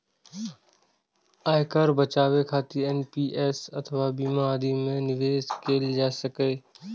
आयकर बचाबै खातिर एन.पी.एस अथवा बीमा आदि मे निवेश कैल जा सकैए